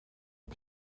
are